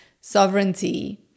sovereignty